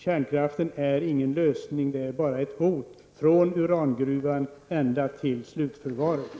Kärnkraften är ingen lösning utan bara ett hot från urangruvan ända till slutförvaringen.